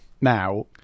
now